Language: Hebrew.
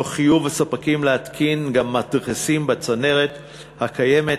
תוך חיוב הספקים להתקין גם מדחסים בצנרת הקיימת,